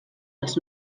els